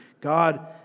God